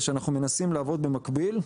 זה שאנחנו מנסים לעבוד במקביל,